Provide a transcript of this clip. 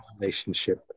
relationship